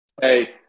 Hey